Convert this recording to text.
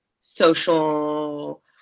social